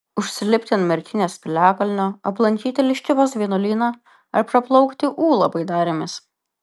užsilipti ant merkinės piliakalnio aplankyti liškiavos vienuolyną ar praplaukti ūlą baidarėmis